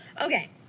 Okay